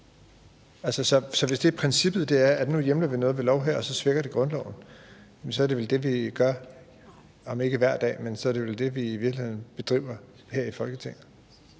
Så hvis princippet er, at hvis vi hjemler noget ved lov, så svækker det grundloven, så er det vel det, vi gør, om ikke hver dag? Så er det vel det, vi i virkeligheden bedriver her i Folketinget?